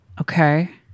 Okay